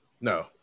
No